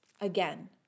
again